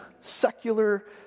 secular